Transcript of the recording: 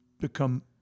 become